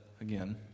again